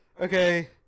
Okay